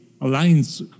alliance